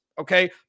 okay